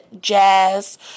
jazz